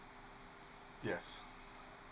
yes